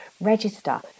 register